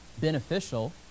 beneficial